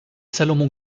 salomon